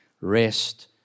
rest